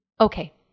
Okay